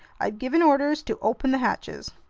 i've given orders to open the hatches.